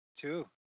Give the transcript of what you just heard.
Two